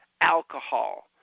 alcohol